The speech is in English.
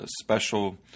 special